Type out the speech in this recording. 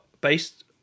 based